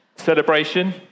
celebration